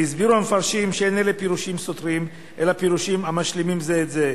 הסבירו המפרשים שאין אלה פירושים סותרים אלא פירושים המשלימים זה את זה.